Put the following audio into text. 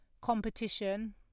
competition